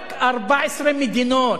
רק 14 מדינות,